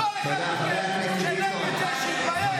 כל אחד מכם שלא מצביע בעד שיתבייש.